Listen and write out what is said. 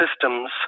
systems